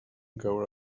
caure